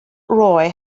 roy